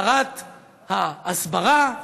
שרת ההסברה,